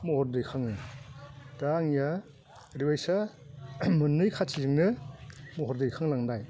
महर दैखाङो दा आंनिया ओरैबायसा मोन्नै खाथिजोंनो महर दैखांलांनाय